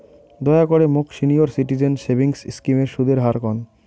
দয়া করে মোক সিনিয়র সিটিজেন সেভিংস স্কিমের সুদের হার কন